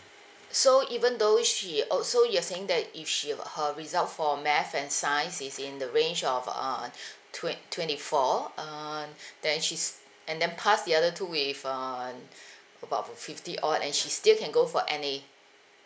so even though she also you're saying that if she her result for math and science is in the range of uh twen~ twenty four um then she's and then pass the other two with um about fifty or and she still can go for N_A